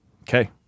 okay